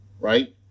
right